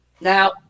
Now